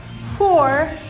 four